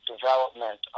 development